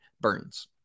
Burns